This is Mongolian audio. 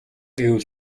гэвэл